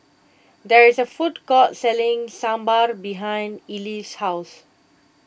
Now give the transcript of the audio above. there is a food court selling Sambar behind Ellie's house